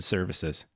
Services